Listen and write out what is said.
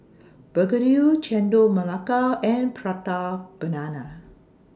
Begedil Chendol Melaka and Prata Banana